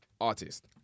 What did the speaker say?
artist